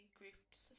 groups